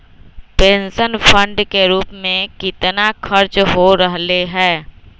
Pension fund के रूप में कितना खर्च हो रहले है?